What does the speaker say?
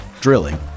drilling